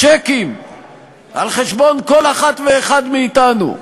צ'קים על חשבון כל אחת ואחד מאתנו,